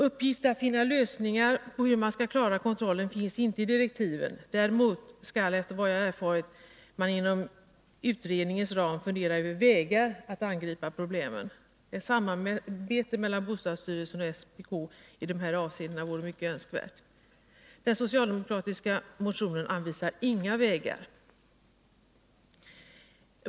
Uppgiften att finna lösningar på hur man skall klara kontrollen finns inte i direktiven. Däremot skall man enligt vad jag erfarit inom utredningens ram fundera över olika vägar att angripa problemen. Ett samarbete mellan bostadsstyrelsen och SPK i de här avseendena vore mycket önskvärt. I den socialdemokratiska motionen anvisas dock inga vägar.